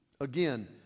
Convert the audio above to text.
Again